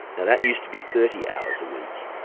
now that used to be thirty hours a week.